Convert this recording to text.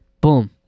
Boom